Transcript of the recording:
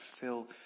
fill